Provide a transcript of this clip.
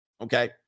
okay